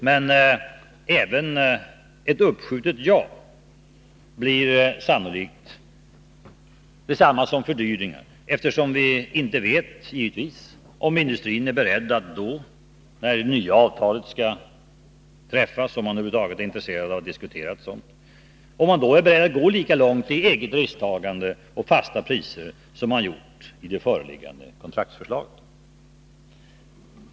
Men även ett uppskjutet ja blir sannolikt detsamma som fördyringar, eftersom vi givetvis inte vet om industrin är beredd att då, när det nya avtalet skall träffas — om man nu över huvud taget är intresserad av att diskutera ett sådant — gå lika långt i eget risktagande och fasta priser som man gjort i det föreliggande kontraktsförslaget.